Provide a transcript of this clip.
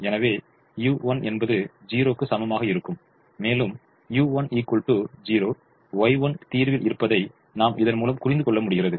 எனவே u1 என்பது 0 க்கு சமமாக இருக்கும் மேலும் u1 0 Y1 தீர்வில் இருப்பதை நாம் இதன்முலம் புரிந்துகொள்ள முடிகிறது